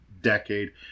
decade